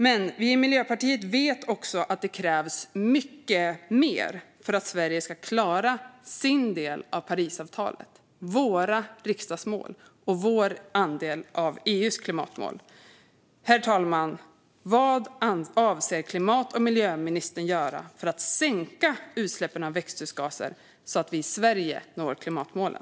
Men vi i Miljöpartiet vet också att det krävs mycket mer för att Sverige ska klara sin del av Parisavtalet, våra riksdagsmål och vår andel av EU:s klimatmål. Herr talman! Vad avser klimat och miljöministern att göra för att sänka utsläppen av växthusgaser så att vi i Sverige når klimatmålen?